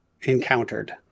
encountered